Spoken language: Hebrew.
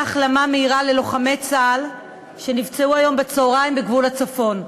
החלמה מהירה ללוחמי צה"ל שנפצעו היום בצהריים בגבול הצפון.